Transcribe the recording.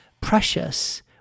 precious